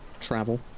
travel